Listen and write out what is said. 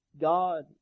God